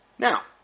Now